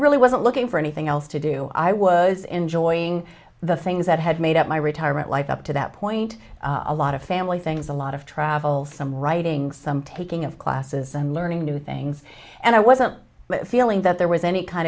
really wasn't looking for anything else to do i was enjoying the things that had made up my retirement life up to that point a lot of family things a lot of travel some writing some taking of classes and learning new things and i wasn't feeling that there was any kind